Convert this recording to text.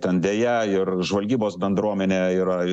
ten deja ir žvalgybos bendruomenė yra